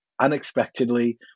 Unexpectedly